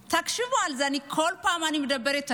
אני כל פעם מדברת עליה,